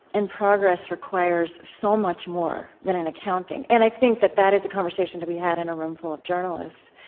and progress requires so much more than an accounting. and i think that that is a conversation to be had in a room full of journalists,